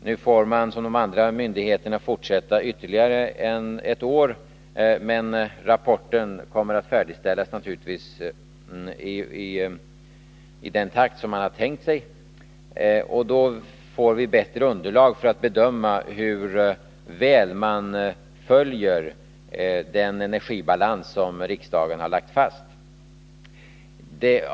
Nu får man, som de andra myndigheterna, fortsätta ytterligare ett år. Men rapporten kommer naturligtvis att färdigställas i den takt som man hade tänkt sig, och därmed får vi bättre underlag för att bedöma hur väl man följer den energibalans som riksdagen har lagt fast.